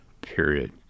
period